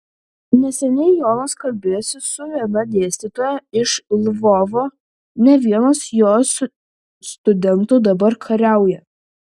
neseniai jonas kalbėjosi su viena dėstytoja iš lvovo ne vienas jos studentų dabar kariauja